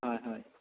হয় হয়